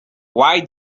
why